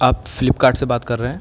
آپ Flipkart سے بات کر رہے ہیں